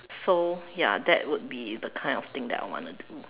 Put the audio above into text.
so ya that would be the kind of thing that I want to do